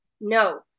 no